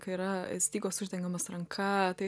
kai yra stygos uždengiamas ranka tai